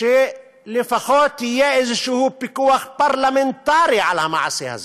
שלפחות יהיה איזשהו פיקוח פרלמנטרי על המעשה הזה.